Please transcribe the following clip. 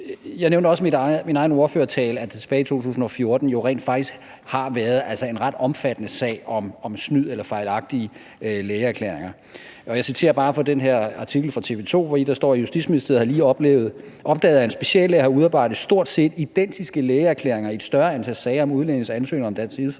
Jeg nævnte også i min egen ordførertale, at tilbage i 2014 var der en ret omfattende sag om snyd eller fejlagtige lægeerklæringer. Jeg citerer bare fra den her artikel fra TV 2, hvori der står: Justitsministeriet har lige opdaget, at en speciallæge har udarbejdet stort set identiske lægeerklæringer i et større antal sager om udlændinges ansøgninger om dansk indfødsret,